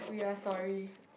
we are sorry